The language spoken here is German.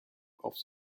aufs